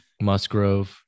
Musgrove